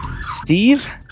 Steve